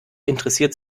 interessiert